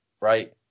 right